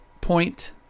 point